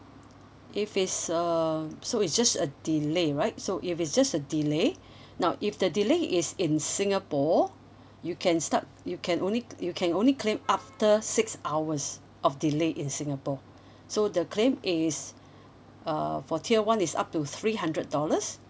if it's uh so it's just a delay right so if it's just a delay now if the delay is in singapore you can start you can only you can only claim after six hours of delay in singapore so the claim is uh for tier one is up to three hundred dollars